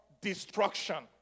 destruction